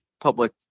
public